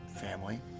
family